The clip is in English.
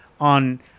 on